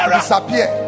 disappear